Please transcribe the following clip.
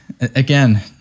again